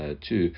two